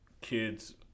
kids